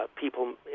People